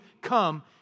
come